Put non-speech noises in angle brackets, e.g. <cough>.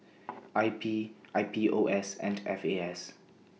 <noise> I P I P O S and F A S